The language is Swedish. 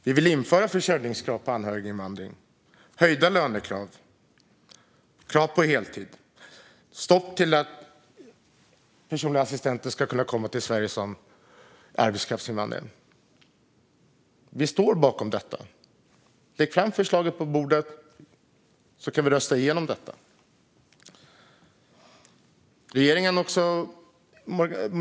Vi vill införa försörjningskrav på anhöriginvandring, höjda lönekrav, krav på heltid och ett stopp för att personliga assistenter ska kunna komma till Sverige som arbetskraftsinvandrare. Vi står bakom detta. Lägg fram förslaget på bordet, så kan vi rösta igenom det!